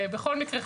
בכל מקרה,